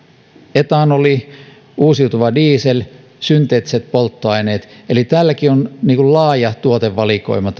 etanoli uusiutuva diesel synteettiset polttoaineet eli uusiutuvien liikennepolttoaineitten puolella on laaja tuotevalikoima